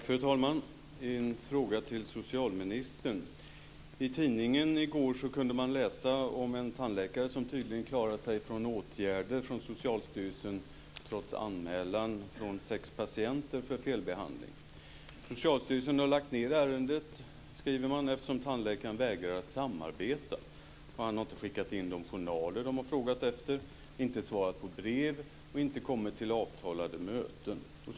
Fru talman! Jag har en fråga till socialministern. I tidningen i går kunde man läsa om en tandläkare som tydligen har klarat sig från åtgärder från Socialstyrelsen, trots anmälningar från sex patienter för felbehandling. Socialstyrelsen har lagt ned ärendet, skriver man, eftersom tandläkaren vägrar att samarbeta. Han har inte skickat in de journaler man har frågat efter, inte svarat på brev och inte kommit till avtalade möten.